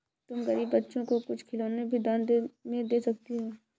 तुम गरीब बच्चों को कुछ खिलौने भी दान में दे सकती हो